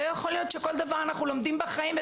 לא יכול להיות שאנחנו לומדים כל כך הרבה דברים בחיים האלה,